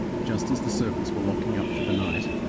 just as the servants were locking up for the night.